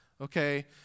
Okay